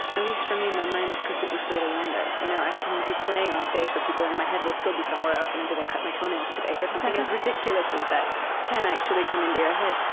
at least for me, my mind is completely free to wander. you know, i can be playing onstage for people, and my head will still be somewhere else. you know, did i cut my toenails today? or something as ridiculous as that can actually come into your head.